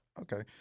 Okay